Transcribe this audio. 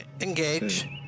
Engage